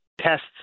tests